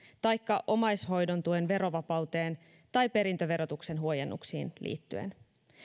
taikka omaishoidon tuen verovapauteen tai perintöverotuksen huojennuksiin liittyen